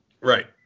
right